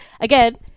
Again